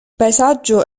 paesaggio